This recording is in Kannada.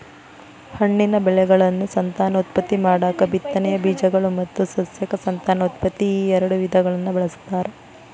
ಹಣ್ಣಿನ ಬೆಳೆಗಳನ್ನು ಸಂತಾನೋತ್ಪತ್ತಿ ಮಾಡಾಕ ಬಿತ್ತನೆಯ ಬೇಜಗಳು ಮತ್ತು ಸಸ್ಯಕ ಸಂತಾನೋತ್ಪತ್ತಿ ಈಎರಡು ವಿಧಗಳನ್ನ ಬಳಸ್ತಾರ